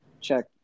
check